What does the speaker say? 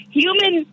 human